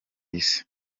isi